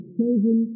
chosen